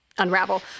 Unravel